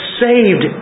saved